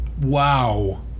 Wow